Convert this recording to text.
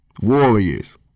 Warriors